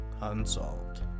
Unsolved